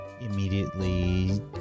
immediately